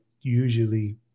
usually